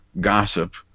gossip